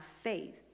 faith